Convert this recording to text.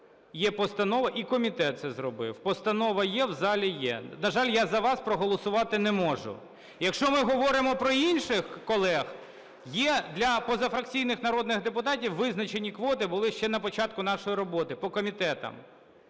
Є постанова…. І комітет це зробив. Постанова є. В залі є. На жаль, я за вас проголосувати не можу. Якщо ми говоримо про інших колег, є для позафракційних народних депутатів визначені квоти були ще на початку нашої роботи по комітетах.